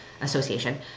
association